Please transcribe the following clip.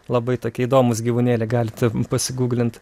labai tokie įdomūs gyvūnėliai galite pasiguglint